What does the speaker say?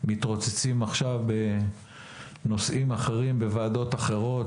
מתרוצצים עכשיו בנושאים אחרים בוועדות אחרות